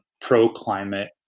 pro-climate